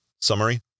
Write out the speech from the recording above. Summary